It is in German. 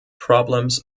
problems